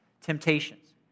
temptations